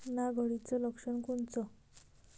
नाग अळीचं लक्षण कोनचं?